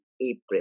April